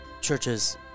churches